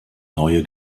neue